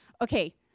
okay